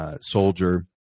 soldier